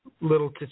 Little